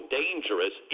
dangerous